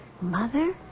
Mother